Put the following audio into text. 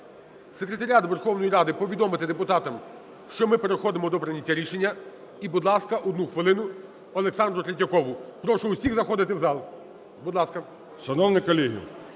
Секретаріат Верховної Ради повідомити депутатам, що ми переходимо до прийняття рішення. І, будь ласка, 1 хвилину Олександру Третьякову. Прошу всіх заходити в зал. Будь ласка.